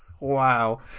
Wow